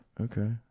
Okay